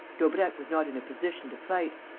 daubrecq was not in a position to fight.